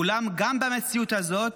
אולם גם במציאות הזאת,